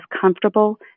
comfortable